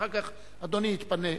ואחר כך אדוני יתפנה.